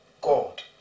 God